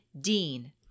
Dean